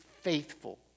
faithful